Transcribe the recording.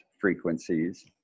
frequencies